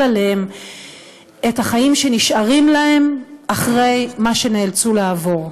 עליהם את החיים שנשארים להם אחרי מה שנאלצו לעבור.